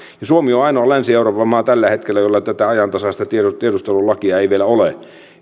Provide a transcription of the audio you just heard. suomi on ainoa länsi euroopan maa tällä hetkellä jolla tätä ajantasaista tiedustelulakia ei vielä ole